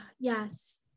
Yes